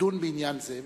לדון בעניין זה,